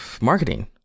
Marketing